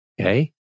Okay